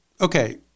okay